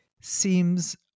seems